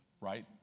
right